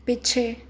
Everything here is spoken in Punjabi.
ਪਿੱਛੇ